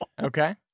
Okay